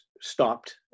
stopped